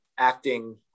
acting